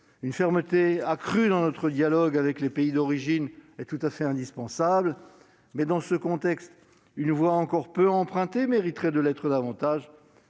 Une fermeté accrue dans notre dialogue avec les pays d'origine est donc indispensable. Cela étant, dans ce contexte, une voie encore peu empruntée mériterait de l'être davantage